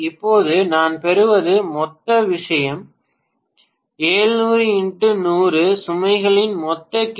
இப்போது நான் பெறுவது மொத்த விஷயம் 700x100 சுமைகளின் மொத்த கே